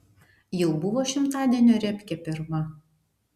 jau buvo šimtadienio repkė pirma